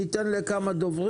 הבנקים והעלינו כמה טענות.